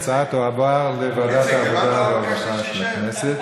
ההצעה תועבר לוועדת העבודה והרווחה של הכנסת.